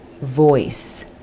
voice